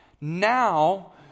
now